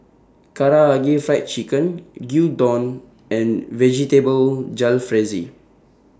Karaage Fried Chicken Gyudon and Vegetable Jalfrezi